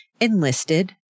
enlisted